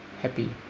happy